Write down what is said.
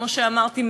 כמו שאמרתי,